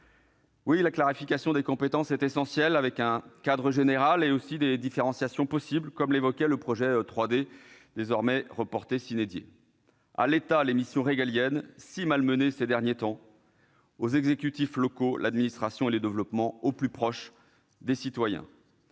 La clarification des compétences est essentielle, avec un cadre général, mais aussi des différenciations possibles, comme le prévoyait le projet de loi 3D, désormais reporté. À l'État les missions régaliennes, si malmenées ces derniers temps, aux exécutifs locaux l'administration et le développement au plus proche des citoyens.